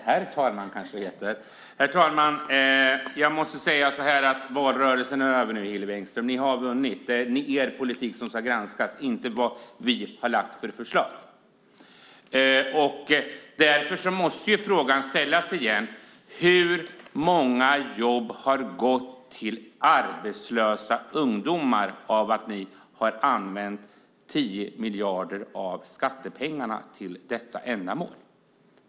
Herr talman! Valrörelsen är över nu, Hillevi Engström. Ni har vunnit. Det är er politik som ska granskas, inte de förslag vi har lagt fram. Därför måste frågan ställas igen: Hur många jobb har gått till arbetslösa ungdomar genom att ni har använt 10 miljarder av skattepengarna till detta ändamål?